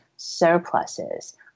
surpluses